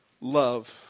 love